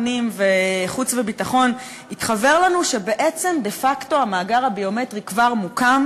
פנים וחוץ וביטחון התחוור לנו שבעצם דה-פקטו המאגר הביומטרי כבר מוקם,